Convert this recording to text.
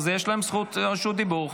אז יש להם זכות רשות דיבור,